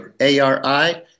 A-R-I